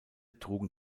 trugen